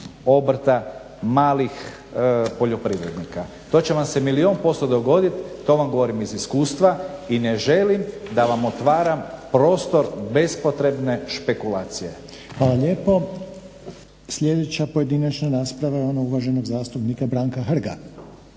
obrta, malih poljoprivrednika. To će vam se milijun posto dogodit, to vam govorim iz iskustva i ne želim da vam otvaram prostor bespotrebne špekulacije. **Reiner, Željko (HDZ)** Hvala lijepo. Sljedeća pojedinačna rasprava je ona uvaženog zastupnika Branka Hrga.